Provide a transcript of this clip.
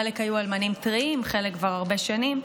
חלק היו אלמנים טריים, חלק כבר הרבה שנים,